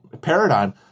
paradigm